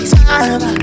time